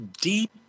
deep